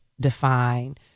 define